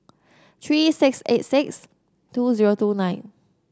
three six eight six two zero two nine